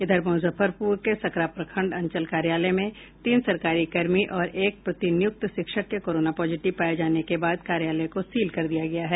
इधर मुजफ्फरपुर के सकरा प्रखंड अंचल कार्यालय में तीन सरकारी कर्मी और एक प्रतिनियुक्त शिक्षक के कोरोना पॉजिटिव पाये जाने के बाद कार्यालय को सील कर दिया गया है